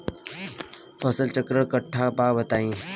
फसल चक्रण कट्ठा बा बताई?